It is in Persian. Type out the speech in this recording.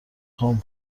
خوام